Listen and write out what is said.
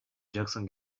jackson